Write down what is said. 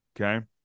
okay